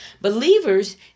Believers